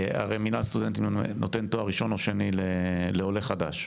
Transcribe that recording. הרי מנהל סטודנטים נותן תואר ראשון או שני לעולה חדש.